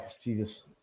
Jesus